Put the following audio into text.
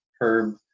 herb